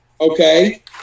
Okay